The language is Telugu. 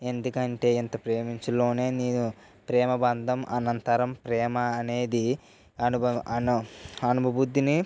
ఎందుకంటే ఎంత ప్రేమించడంలో నేను ప్రేమ బంధం అనంతరం ప్రేమ అనేది అనుభవ అను అనుభూతిని